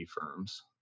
firms